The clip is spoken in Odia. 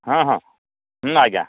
ହଁ ହଁ ନାଇଁ ଆଜ୍ଞା